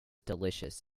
delicious